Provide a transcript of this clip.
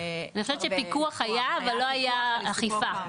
אני חושבת שפיקוח היה, אבל לא הייתה אכיפה.